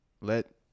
let